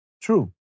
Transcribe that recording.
True